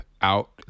out